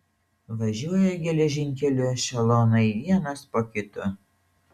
važiuoja geležinkeliu ešelonai vienas po kito